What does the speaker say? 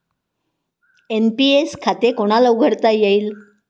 NPS खाते कोणाला उघडता येईल?